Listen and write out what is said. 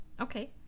Okay